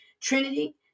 Trinity